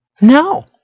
No